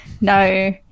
no